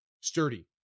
sturdy